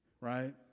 Right